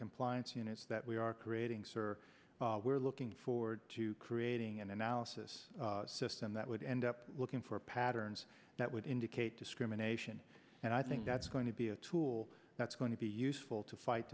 compliance units that we are creating sir we're looking forward to creating an analysis system that would end up looking for patterns that would indicate discrimination and i think that's going to be a tool that's going to be useful to fight